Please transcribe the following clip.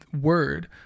word